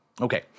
Okay